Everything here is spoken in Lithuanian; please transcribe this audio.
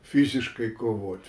fiziškai kovot